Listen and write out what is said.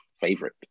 favorite